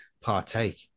partake